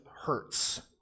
hurts